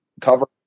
cover